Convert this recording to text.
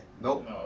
Nope